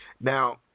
Now